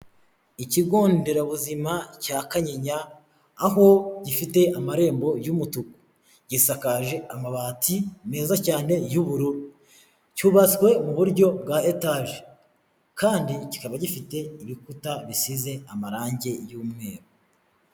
Ikigo nderabuzima cya Kanyinya aho gifite amarembo y'umutuku gisakaje amabati meza cyane y'ubururu, cyubatswe mu buryo bwa etaje kandi kikaba gifite ibikuta bisize amarangi y'umweru.